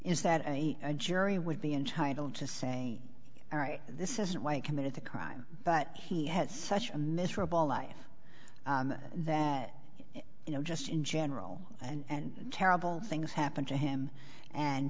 is that a jury would be entitled to say all right this is why he committed the crime but he has such a miserable life that you know just in general and terrible things happen to him and